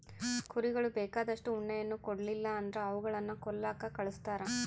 ಕುರಿಗಳು ಬೇಕಾದಷ್ಟು ಉಣ್ಣೆಯನ್ನ ಕೊಡ್ಲಿಲ್ಲ ಅಂದ್ರ ಅವುಗಳನ್ನ ಕೊಲ್ಲಕ ಕಳಿಸ್ತಾರ